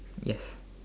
yes